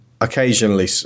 Occasionally